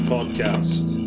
Podcast